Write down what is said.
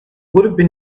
would